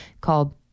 called